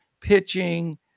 pitching